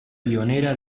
pionera